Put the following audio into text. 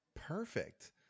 Perfect